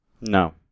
No